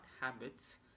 habits